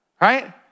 right